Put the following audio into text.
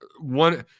One